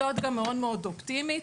אני חייבת להיות אופטימית,